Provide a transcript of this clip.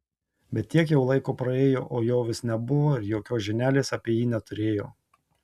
bet tiek jau laiko praėjo o jo vis nebuvo ir jokios žinelės apie jį neturėjo